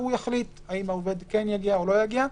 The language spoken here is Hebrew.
והוא יחליט האם העובד כן יגיע או לא יגיע.